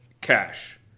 cash